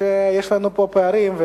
שיש לנו פה פערים.